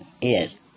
yes